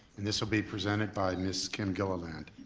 and this will be presented by ms. kim gilliland.